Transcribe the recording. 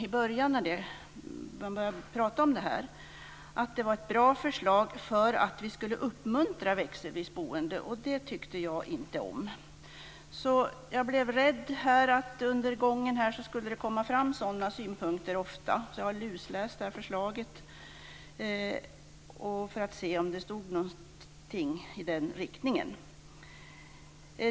I början sade man att det var ett bra förslag därför att man skulle uppmuntra växelvis boende, men det tyckte jag inte om. Jag blev rädd att det skulle komma fram sådana synpunkter under debattens gång. Jag har därför lusläst förslaget för att se om det innehöll någonting i den riktningen.